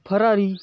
Ferrari